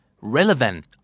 relevant